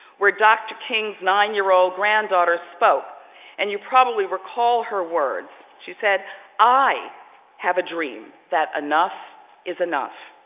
where dr. king's nine year-old granddaughter spoke and you probably recall her words. she said i have a dream that enough is enough.